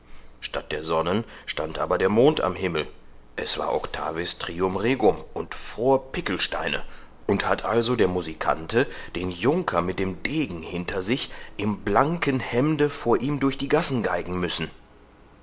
statt der sonnen stand aber der mond am himmel es war octavis trium regum und fror pickelsteine und hat also der musikante den junker mit dem degen hinter sich im blanken hemde vor ihm durch die gassen geigen müssen